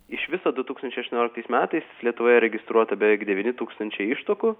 iš viso du tūkstančiai aštuonioliktais metais lietuvoje registruota beveik devyni tūkstančiai ištuokų